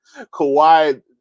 Kawhi